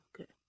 Okay